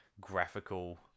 graphical